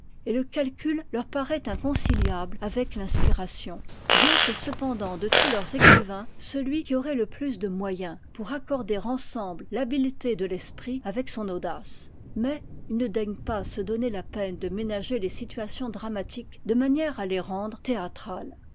et le calcul leur paraît inconciliable avec l'inspiration goethe est cependant de tous leurs écrivains celui qui aurait le plus de moyens pour accorder ensemble l'habileté de l'esprit avec son audace mais il ne daigne pas se donner la peine de ménager les situations dramatiques de manière à les rendre théâtrales